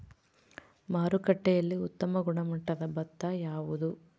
ಮಾರುಕಟ್ಟೆಯಲ್ಲಿ ಉತ್ತಮ ಗುಣಮಟ್ಟದ ಭತ್ತ ಯಾವುದು?